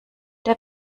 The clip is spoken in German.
der